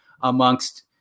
amongst